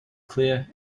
clear